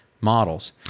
Models